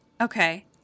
Okay